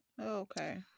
okay